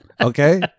okay